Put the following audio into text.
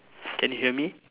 can you hear me